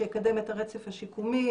שיקדם את הרצף השיקומי,